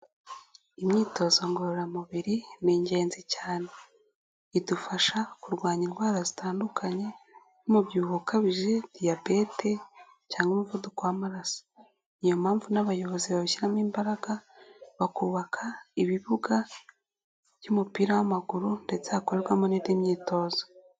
Imyitozo ngororamubiri ni ingenzi cyane. Idufasha kurwanya indwara zitandukanye nk'umubyibuho ukabije, diyabete cyangwa umuvuduko w'amaraso. Ni iyo mpamvu n'abayobozi babishyiramo imbaraga bakubaka ibibuga by'umupira w'amaguru ndetse hakorerwamo n'indi myitozo.